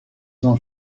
son